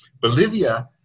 Bolivia